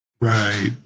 Right